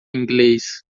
inglês